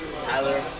Tyler